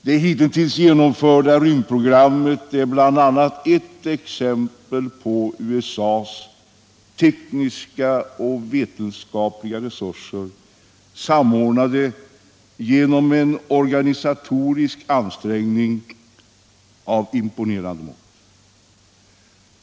Det hitintills genomförda rymdprogrammet är bl.a. ett exempel på USA:s tekniska och vetenskapliga resurser, samordnade genom en organisatorisk ansträngning av imponerande mått.